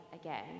again